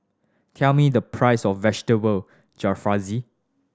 tell me the price of Vegetable Jalfrezi